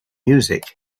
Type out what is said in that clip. music